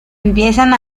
empiezan